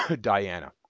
Diana